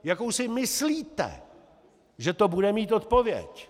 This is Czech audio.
Jakou si myslíte, že to bude mít odpověď?